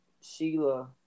Sheila